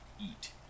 eat